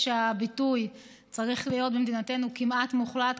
הביטוי צריך להיות במדינתנו כמעט מוחלט,